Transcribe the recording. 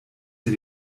sie